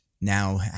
now